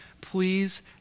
please